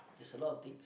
there's a lot of thing